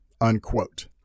Unquote